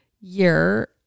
year